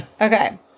Okay